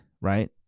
right